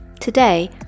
Today